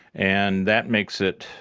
and that makes it,